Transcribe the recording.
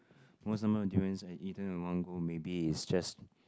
most amount of durians I eaten at one go maybe it's just